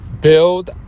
Build